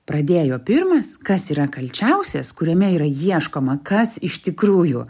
pradėjo pirmas kas yra kalčiausias kuriame yra ieškoma kas iš tikrųjų